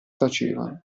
tacevano